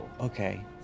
Okay